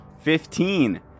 Fifteen